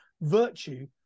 virtue